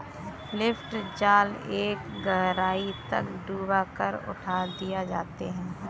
lift जाल एक गहराई तक डूबा कर उठा दिए जाते हैं